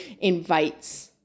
invites